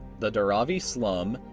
the dharavi slum,